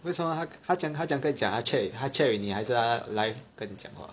为什么他他怎么样他怎么样跟你讲他 chat with 你还是他 live 跟你讲话